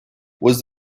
was